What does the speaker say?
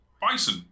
Bison